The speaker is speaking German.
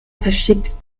verschickt